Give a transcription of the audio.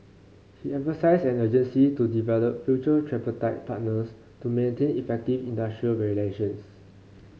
he emphasised an urgency to develop future tripartite partners to maintain effective industrial relations